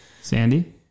Sandy